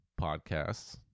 Podcasts